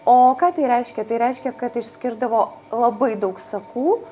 o ką tai reiškia tai reiškia kad išskirdavo labai daug sakų